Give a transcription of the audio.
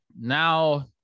now